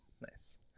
Nice